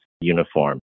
uniform